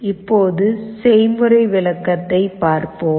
இப்போது செய்முறை விளக்கத்தை பார்ப்போம்